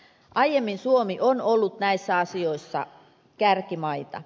aiemmin suomi on ollut näissä asioissa kärkimaita